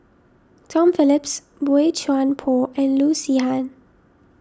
Tom Phillips Boey Chuan Poh and Loo Zihan